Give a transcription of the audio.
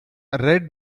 red